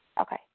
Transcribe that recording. Okay